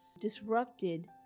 disrupted